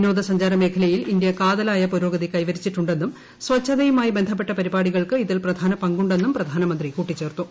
വിനോദ സഞ്ചാര മേഖലയിൽ ഇന്തൃ കാതലായ പുരോഗതി കൈവരിച്ചിട്ടുണ്ടെന്നും സ്ച്ഛതയുമായി ബന്ധപ്പെട്ട പരിപാടികൾക്ക് ഇതിൽ പ്രധാന പങ്കുണ്ടെന്നും പ്രധാനമന്ത്രി പറഞ്ഞു